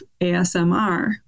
ASMR